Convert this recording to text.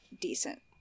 decent